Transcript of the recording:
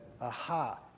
aha